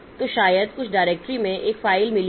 तो शायद कुछ डायरेक्टरी में एक फ़ाइल मिली है